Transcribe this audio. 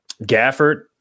Gafford